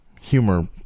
humor